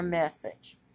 message